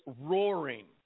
roaring